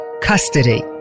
custody